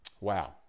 Wow